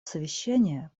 совещания